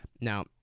Now